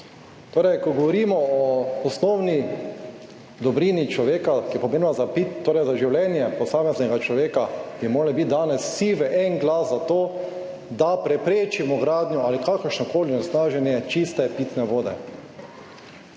Torej, ko govorimo o osnovni dobrini človeka, ki je pomembna za piti, torej za življenje posameznega človeka, bi morali biti danes vsi v en glas za to, da preprečimo gradnjo ali kakršnokoli onesnaženje čiste pitne vode.